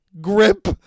Grip